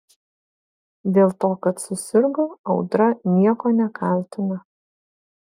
dėl to kad susirgo audra nieko nekaltina